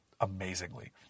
amazingly